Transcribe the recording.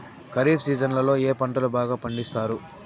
ఖరీఫ్ సీజన్లలో ఏ పంటలు బాగా పండిస్తారు